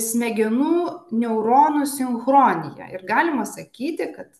smegenų neuronų sinchroniją ir galima sakyti kad